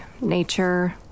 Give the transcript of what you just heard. nature